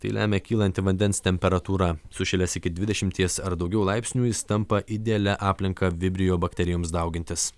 tai lemia kylanti vandens temperatūra sušilęs iki dvidešimties ar daugiau laipsnių jis tampa idealia aplinka vibrio bakterijoms daugintis